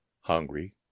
Hungry